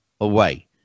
away